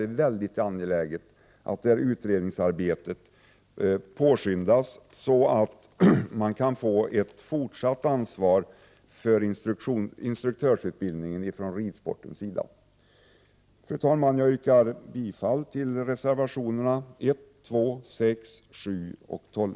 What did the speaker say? Det är mycket angeläget att utredningsarbetet påskyndas så, att ridsporten kan bibehålla ett fortsatt ansvar för utbildningen av ridinstruktörer. Fru talman! Jag yrkar bifall till reservationerna 1, 2, 6, 7 och 12.